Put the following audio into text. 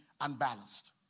unbalanced